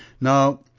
now